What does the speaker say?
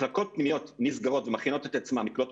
מחלקות פנימיות נסגרות ומכינות את עצמן לקלוט קורונה.